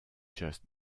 just